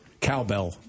cowbell